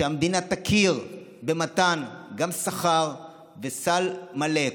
שהמדינה תכיר גם במתן שכר וסל מלא,